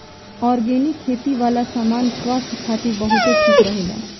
organic खेती वाला सामान स्वास्थ्य खातिर बहुते ठीक रहेला